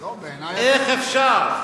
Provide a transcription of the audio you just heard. לא, בעיני, איך אפשר?